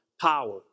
power